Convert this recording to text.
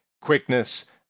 quickness